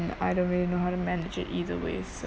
either way know how to manage it either way so